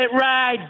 ride